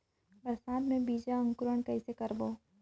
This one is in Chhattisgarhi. बरसात मे बीजा अंकुरण कइसे करबो?